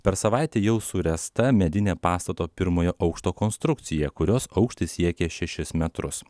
per savaitę jau suręsta medinė pastato pirmojo aukšto konstrukcija kurios aukštis siekė šešis metrus